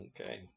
okay